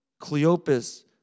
Cleopas